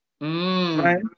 Right